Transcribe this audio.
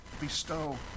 bestow